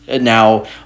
Now